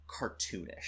cartoonish